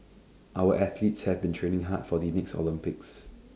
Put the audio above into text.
our athletes have been training hard for the next Olympics